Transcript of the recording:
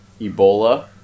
ebola